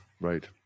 Right